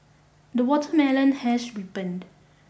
the watermelon has ripened